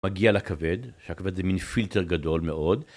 מגיע לכבד, שהכבד זה מין פילטר גדול מאוד.